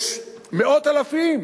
יש מאות אלפים